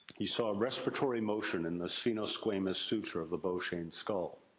he saw respiratory motion in the spheno-squamous suture of a beauchene skull.